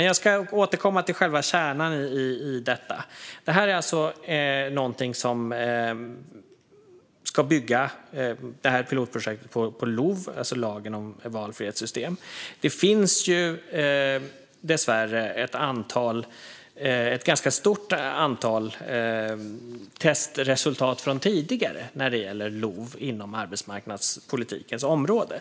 Jag ska återkomma till själva kärnan i detta. Det här pilotprojektet är alltså någonting som ska bygga på LOV, det vill säga lagen om valfrihetssystem. Det finns ett ganska stort antal testresultat från tidigare när det gäller LOV inom arbetsmarknadspolitikens område.